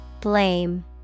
Blame